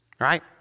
right